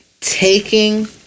taking